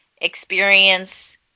experience